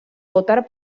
votar